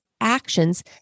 actions